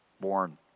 born